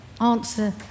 answer